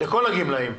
לכל הגמלאים.